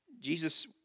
Jesus